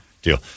Deal